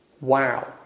wow